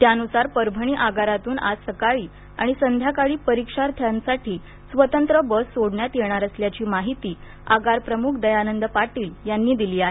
त्यानुसार परभणी आगारातून आज सकाळी आणि संध्याकाळी परिक्षार्थ्यांसाठी स्वतंत्र बस सोडण्यात येणार असल्याची माहिती आगारप्रमुख दयानंद पाटील यांनी दिली आहे